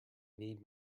need